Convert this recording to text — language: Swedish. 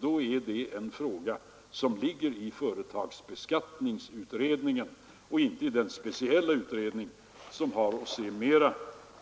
Då är det en fråga som behandlas av företagsbeskattningsutredningen och inte av den speciella utredning som har att se mera